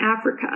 Africa